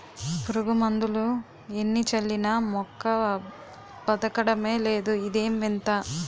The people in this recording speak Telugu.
పురుగుమందులు ఎన్ని చల్లినా మొక్క బదకడమే లేదు ఇదేం వింత?